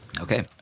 Okay